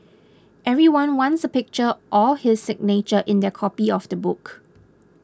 everyone wants a picture or his signature in their copy of the book